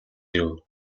ирэв